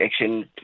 action